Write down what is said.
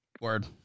Word